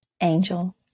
Angel